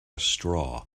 straw